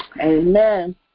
Amen